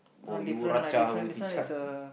this one different lah different this one is uh